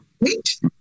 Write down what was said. Wait